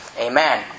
Amen